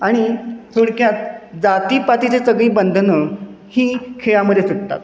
आणि थोडक्यात जातीपातीची सगळी बंधनं ही खेळामध्ये सुटतात